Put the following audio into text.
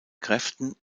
kräften